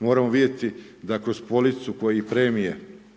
moramo vidjeti da kroz policu i premije